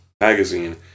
magazine